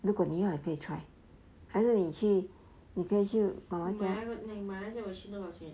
如果你要也可以 try 还是你去你可以去